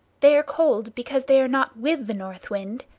they are cold because they are not with the north wind,